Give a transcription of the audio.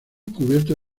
cubierto